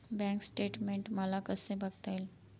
Bank statement मला कसे बघता येईल?